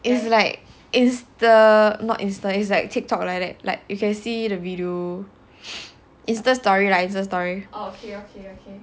is like is the not insta like Tik Tok like that like you can see the video insta story lah insta story